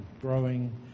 growing